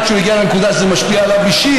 עד שהוא הגיע לנקודה שזה משפיע עליו אישית,